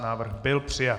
Návrh byl přijat.